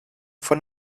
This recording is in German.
von